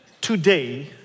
today